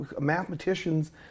mathematicians